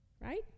Right